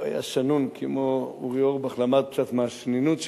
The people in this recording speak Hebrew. היה שנון כמו, אורי אורבך למד קצת מהשנינות שלו,